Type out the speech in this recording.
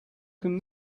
can